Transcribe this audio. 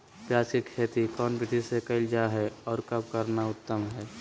प्याज के खेती कौन विधि से कैल जा है, और कब करना उत्तम है?